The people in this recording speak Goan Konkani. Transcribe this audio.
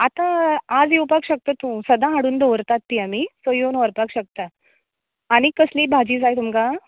आतां आज येवपाक शकता तू सदां हाडून दवरतात ती आमी पयली येवन व्हरपाक शकता आनीक कसली भाजी जाय तुमका